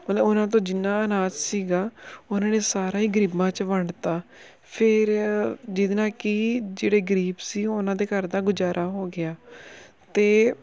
ਮਤਲਬ ਉਹਨਾਂ ਤੋਂ ਜਿੰਨਾ ਅਨਾਜ ਸੀਗਾ ਉਹਨਾਂ ਨੇ ਸਾਰਾ ਹੀ ਗਰੀਬਾਂ 'ਚ ਵੰਡਤਾ ਫਿਰ ਜਿਹਦੇ ਨਾਲ ਕਿ ਜਿਹੜੇ ਗਰੀਬ ਸੀ ਉਹਨਾਂ ਦੇ ਘਰ ਦਾ ਗੁਜ਼ਾਰਾ ਹੋ ਗਿਆ ਅਤੇ